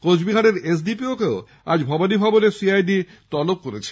কোচবিহারের এসডিপিও কেও আজ ভবনীভবনে সিআইডি তলব করেছে